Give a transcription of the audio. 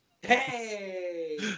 Hey